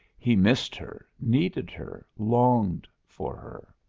he missed her, needed her, longed for her.